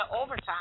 overtime